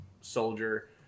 soldier